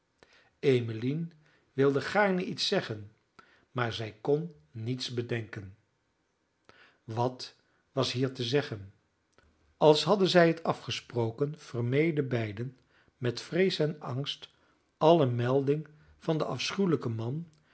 emmeline wilde gaarne iets zeggen maar zij kon niets bedenken wat was hier te zeggen als hadden zij het afgesproken vermeden beiden met vrees en angst alle melding van den afschuwelijken man